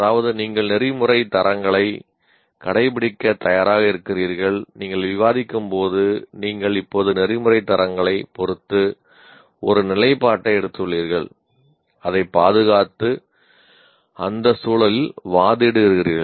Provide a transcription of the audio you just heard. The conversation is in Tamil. அதாவது நீங்கள் நெறிமுறை தரங்களை கடைபிடிக்க தயாராக இருக்கிறீர்கள் நீங்கள் விவாதிக்கும்போது நீங்கள் இப்போது நெறிமுறைத் தரங்களைப் பொறுத்து ஒரு நிலைப்பாட்டை எடுத்துள்ளீர்கள் அதைப் பாதுகாத்து அந்த சூழலில் வாதிடுகிறீர்கள்